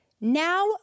now